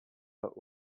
but